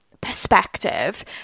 perspective